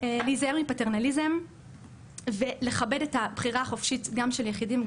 להיזהר מפטרנליזם ולכבד את הבחירה החופשית גם של יחידים,